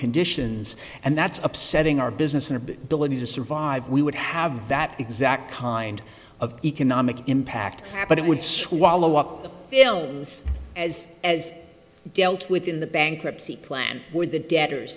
conditions and that's upsetting our business and delivery to survive we would have that exact kind of economic impact but it would swallow up the films as as dealt with in the bankruptcy plan with the debtors